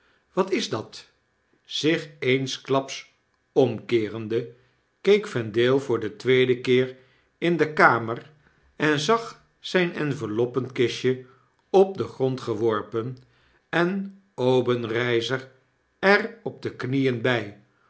wat is dat zicli eensklaps omkeerende keek vendale voor den tweeden keer in de kamer en zag zijn enveloppenkistje op den grond geworpen en obenreizer er op de knieen by